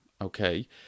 okay